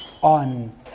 on